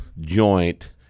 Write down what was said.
joint